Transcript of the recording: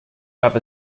have